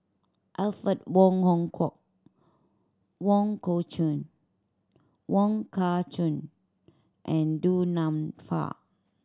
Alfred Wong Hong Kwok Wong core Chun Wong Kah Chun and Du Nanfa